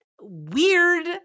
weird